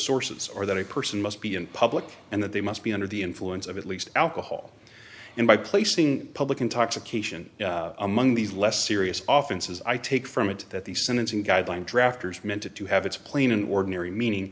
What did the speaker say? sources are that a person must be in public and that they must be under the influence of at least alcohol and by placing public intoxication among the less serious often says i take from it that the sentencing guideline drafters meant to have its plain and ordinary meaning